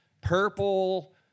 purple